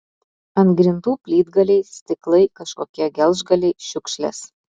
ant grindų plytgaliai stiklai kažkokie gelžgaliai šiukšlės